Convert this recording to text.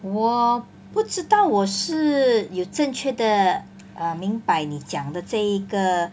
我不知道我是有正确的 err 明白你讲的这一个